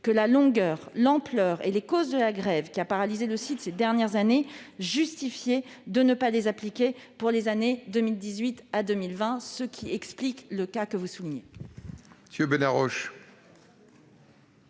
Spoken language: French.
que la longueur, l'ampleur et les causes de la grève qui a paralysé le site ces dernières années justifiaient de ne pas les appliquer pour les années 2018 à 2020, ce qui explique la situation que vous mentionnez